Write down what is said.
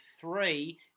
three